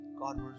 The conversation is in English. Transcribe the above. God